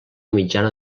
mitjana